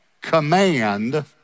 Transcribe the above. command